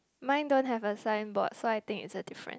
mine don't have a signboard so I think is a different